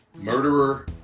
murderer